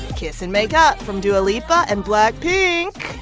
kiss and make up from dua lipa and blackpink.